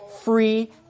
free